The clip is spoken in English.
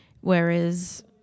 whereas